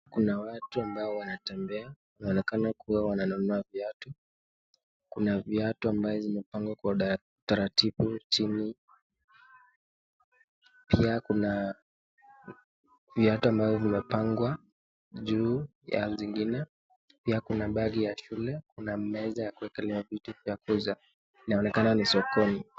Kuna watu ambao wanatembe, inaonekana kuwa wananunua viatu. Kuna viatu ambayo zimepangwa kwa utaratibu chini, pia kuna viatu ambayo vimepangwa juu ya zingine, pia kina bagi ya shule, kuna meza ya kuwelelea vitu vya kuuza. Inaonekana ni sokoni.